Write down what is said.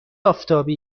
آفتابی